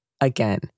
Again